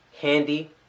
handy